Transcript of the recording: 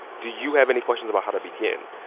do you have any questions about how to begin?